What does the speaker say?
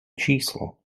číslo